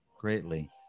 greatly